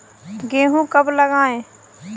गेहूँ कब लगाएँ?